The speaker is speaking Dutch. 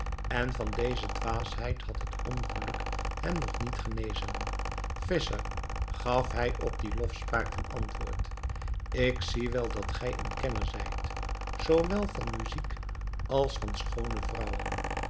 en van deze dwaasheid had het ongeluk hem nog niet genezen visscher gaf hij op dien lofspraak ten antwoord ik zie wel dat gij een kenner zijt zooveel van muzijk als van schoone vrouwen